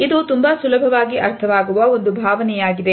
ಇದು ತುಂಬಾ ಸುಲಭವಾಗಿ ಅರ್ಥವಾಗುವ ಒಂದು ಭಾವನೆಯಾಗಿದೆ